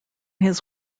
his